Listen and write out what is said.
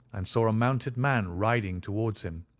and saw a mounted man riding towards him.